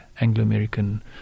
Anglo-American